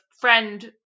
friend